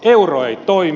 euro ei toimi